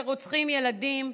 שרוצחים ילדים,